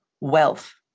wealth